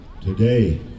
Today